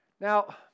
Now